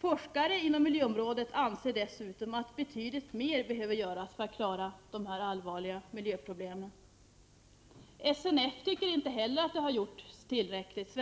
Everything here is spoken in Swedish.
Forskare inom miljöområdet anser dessutom att betydligt mer behöver göras för att klara av de allvarliga miljöproblemen. Svenska naturskyddsföreningen, SNF, tycker inte heller att det har gjorts tillräckligt